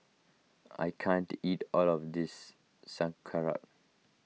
I can't eat all of this Sauerkraut